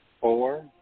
four